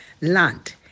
land